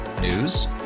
News